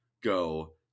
go